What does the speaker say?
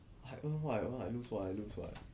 I earn what I earn I lose what I lose [what]